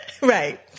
Right